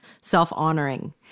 self-honoring